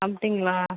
அப்படிங்களா